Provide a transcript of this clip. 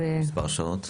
מספר שעות?